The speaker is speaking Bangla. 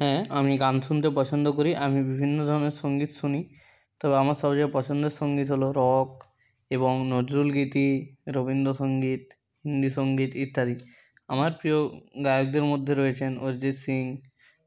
হ্যাঁ আমি গান শুনতে পছন্দ করি আমি বিভিন্ন ধরনের সঙ্গীত শুনি তবে আমার সবচেয়ে পছন্দের সঙ্গীত হলো রক এবং নজরুলগীতি রবীন্দসঙ্গীত হিন্দি সঙ্গীত ইত্যাদি আমার প্রিয় গায়কদের মধ্যে রয়েছেন অরজিৎ সিং